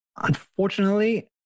Unfortunately